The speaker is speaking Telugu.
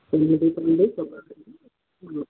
తొమ్మిది తొమ్మిది సున్నా తొమ్మిది